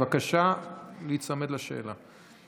בבקשה להיצמד לשאלה.